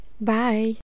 Bye